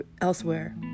elsewhere